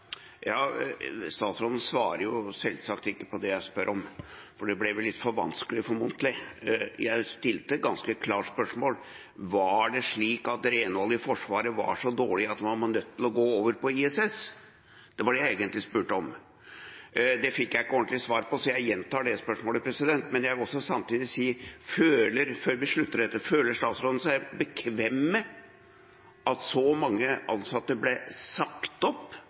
vanskelig, formodentlig. Jeg stilte et ganske klart spørsmål: Var det slik at renholdet i Forsvaret var så dårlig at man var nødt til å gå over til ISS? Det var det jeg egentlig spurte om. Det fikk jeg ikke ordentlig svar på, så jeg gjentar det spørsmålet. Men jeg vil også samtidig si, før vi avslutter dette: Føler statsråden seg bekvem med at så mange ansatte ble sagt opp